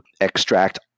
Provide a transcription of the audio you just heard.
extract